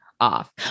off